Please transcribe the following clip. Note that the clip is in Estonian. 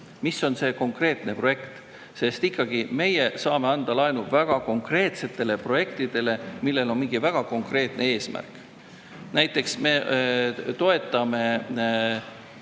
mis on see konkreetne projekt. Meie saame anda laenu väga konkreetsetele projektidele, millel on mingi väga konkreetne eesmärk. Näiteks, me toetame